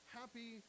happy